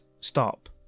stop